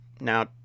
Now